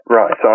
right